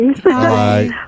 Bye